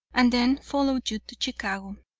and then followed you to chicago.